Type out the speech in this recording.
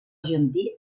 argentí